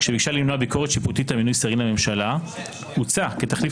שביקשה למנוע ביקורת שיפוטית על מינוי שרים לממשלה הוצע כתחליף